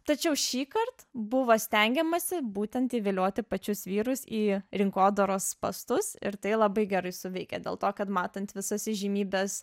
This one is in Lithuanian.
tačiau šįkart buvo stengiamasi būtent įvilioti pačius vyrus į rinkodaros postus ir tai labai gerai suveikė dėl to kad matant visas įžymybes